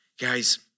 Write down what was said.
Guys